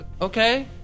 Okay